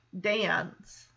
dance